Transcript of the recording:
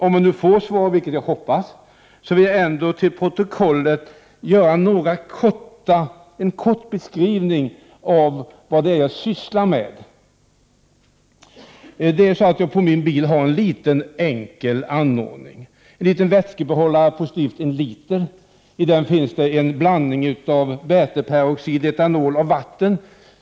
Om jag får svar, vilket jag hoppas, vill jag till protokollet göra en kort beskrivning av vad det är jag sysslar med. Jag har på min bil en liten enkel anordning, en liten vätskebehållare på styvt en liter. I den finns en blandning av väteperoxid, etanol och vatten.